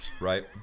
Right